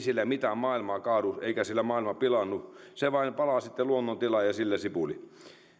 siellä mitään maailmaa kaadu eikä siellä maailma pilaannu se vain palaa sitten luonnontilaan ja sillä sipuli